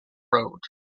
road